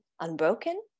Unbroken